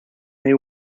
they